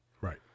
Right